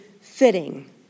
fitting